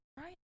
Right